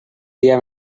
dia